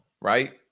right